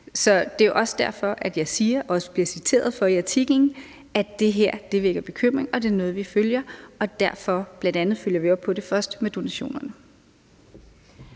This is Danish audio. Så det er jo også derfor, at jeg siger – og også bliver citeret for i artiklen – at det her vækker bekymring, og at det er noget, vi følger, og derfor følger vi bl.a. først op på det med donationerne.